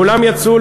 כולם יצאו.